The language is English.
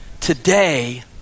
today